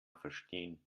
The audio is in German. verstehen